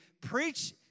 preach